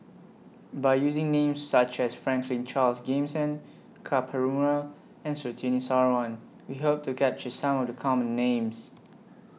By using Names such as Franklin Charles Gimson Ka Perumal and Surtini Sarwan We Hope to capture Some of The Common Names